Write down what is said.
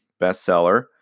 bestseller